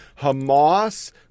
Hamas